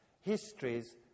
histories